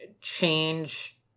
change